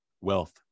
Wealth